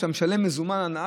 כשאתה משלם במזומן לנהג,